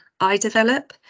iDevelop